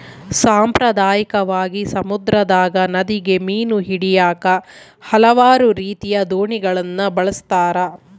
ಸಾಂಪ್ರದಾಯಿಕವಾಗಿ, ಸಮುದ್ರದಗ, ನದಿಗ ಮೀನು ಹಿಡಿಯಾಕ ಹಲವಾರು ರೀತಿಯ ದೋಣಿಗಳನ್ನ ಬಳಸ್ತಾರ